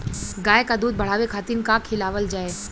गाय क दूध बढ़ावे खातिन का खेलावल जाय?